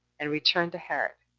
and returned to herod